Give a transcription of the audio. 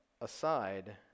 aside